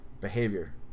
behavior